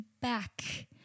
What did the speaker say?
back